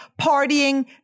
partying